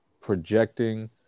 projecting